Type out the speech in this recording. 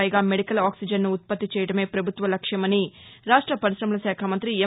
పైగా మెడికల్ ఆక్సిజన్ను ఉత్పత్తి చేయడమే పభుత్వ లక్ష్యమని పరిశమల శాఖా మంతి ఎం